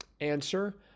answer